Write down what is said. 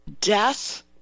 death